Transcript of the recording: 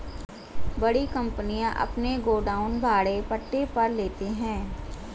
बड़ी कंपनियां अपने गोडाउन भाड़े पट्टे पर लेते हैं